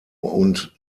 und